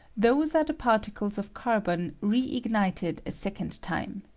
those are the parti cles of carbon reignited a second time.